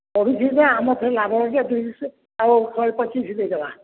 ସବୁ ଯିବେ ଆମଥିରେ ଲାଭ ହୋଉଛି ତିରିଶି ଆଉ ଶହେ ପଚିଶି ଦେଇ ଦବା